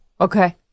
okay